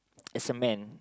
as a man